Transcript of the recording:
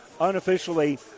unofficially